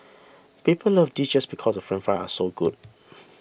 people love this just because the French Fries are so good